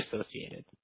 associated